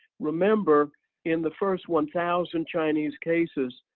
remember in the first one thousand chinese cases,